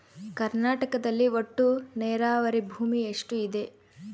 ಕರ್ನಾಟಕದಲ್ಲಿ ಒಟ್ಟು ನೇರಾವರಿ ಭೂಮಿ ಎಷ್ಟು ಇದೆ?